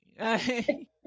Hey